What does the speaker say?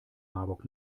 marburg